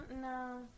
no